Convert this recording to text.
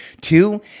Two